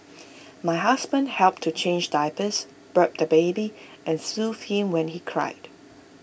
my husband helped to change diapers burp the baby and soothe him when he cried